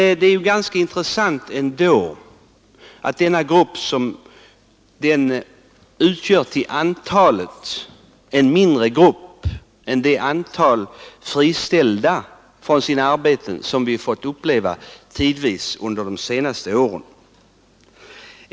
Det är ganska intressant att konstatera att denna grupp till antalet är mindre än den grupp människor som under de senaste åren tidvis har varit friställda från sina arbeten.